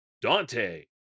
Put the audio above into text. Dante